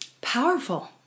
powerful